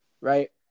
right